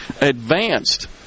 advanced